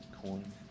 coin